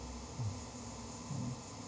mm